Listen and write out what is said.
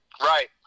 Right